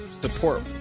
support